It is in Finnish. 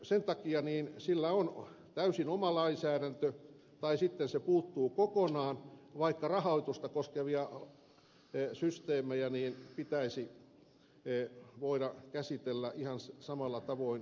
sen takia sillä on täysin oma lainsäädäntö tai sitten se puuttuu kokonaan vaikka rahoitusta koskevia systeemejä pitäisi voida käsitellä ihan samalla tavoin kuin muitakin